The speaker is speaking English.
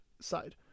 Side